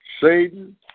Satan